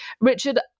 Richard